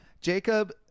Jacob